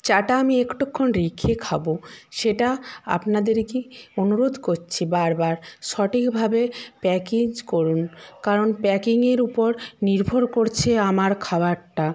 চাটা আমি একটুক্ষণ রেখে খাবো সেটা আপনাদেরকে অনুরোধ করছি বারবার সঠিকভাবে প্যাকেজ করুন কারণ প্যাকিংয়ের উপর নির্ভর করছে আমার খাবারটা